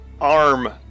arm